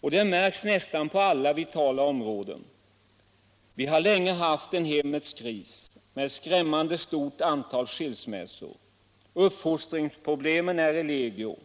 Det märks på nästan alla vitala områden. Vi har länge haft en hemmens kris med ett skrämmande stort antal skilsmässor. Uppfostringsproblemen är legio.